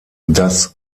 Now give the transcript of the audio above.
das